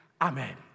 Amen